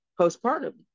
postpartum